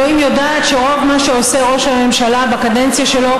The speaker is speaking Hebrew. אלוהים יודעת שרוב מה שעושה ראש הממשלה בקדנציה שלו,